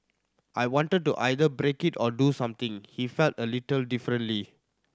I wanted to either break it or do something he felt a little differently